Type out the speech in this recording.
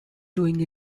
doing